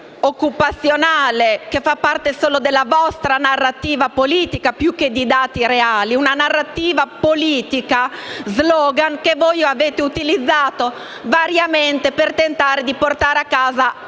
una bolla occupazionale che fa parte solo della vostra narrativa politica più che di dati reali, una narrativa politica, uno *slogan* che voi avete utilizzato variamente per tentare di portare a casa altri